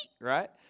right